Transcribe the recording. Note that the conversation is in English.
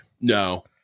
no